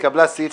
הצבעה בעד,